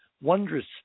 Wondrous